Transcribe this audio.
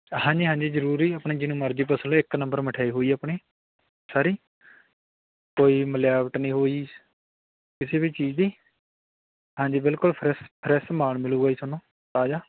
ਹਾਂਜੀ ਹਾਂਜੀ ਜ਼ਰੂਰ ਜੀ ਆਪਣੇ ਜਿਹਨੂੰ ਮਰਜ਼ੀ ਪੁੱਛ ਲਿਓ ਇੱਕ ਨੰਬਰ ਮਿਠਿਆਈ ਹੋਊ ਜੀ ਆਪਣੀ ਸਾਰੀ ਕੋਈ ਮਿਲਾਵਟ ਨਹੀਂ ਹੋਊ ਜੀ ਕਿਸੇ ਵੀ ਚੀਜ਼ ਦੀ ਹਾਂਜੀ ਬਿਲਕੁਲ ਫ੍ਰੈਸ਼ ਫ੍ਰੈਸ਼ ਸਮਾਨ ਮਿਲੂਗਾ ਜੀ ਤੁਹਾਨੂੰ ਤਾਜ਼ਾ